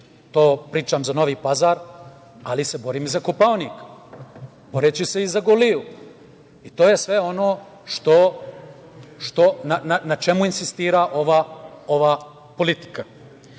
To pričam za Novi Pazar, ali se borim i za Kopaonik. Boriću se i za Goliju. To je sve ono na čemu insistira ova politika. Naravno